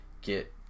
get